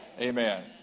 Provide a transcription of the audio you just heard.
Amen